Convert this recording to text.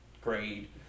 grade